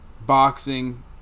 boxing